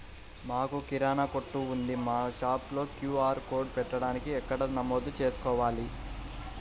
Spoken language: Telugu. మాకు కిరాణా కొట్టు ఉంది మా షాప్లో క్యూ.ఆర్ కోడ్ పెట్టడానికి ఎక్కడ నమోదు చేసుకోవాలీ?